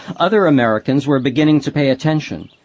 other americans were beginning to pay attention,